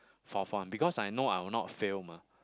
fourth one because I know I would not fail mah